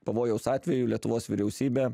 pavojaus atveju lietuvos vyriausybė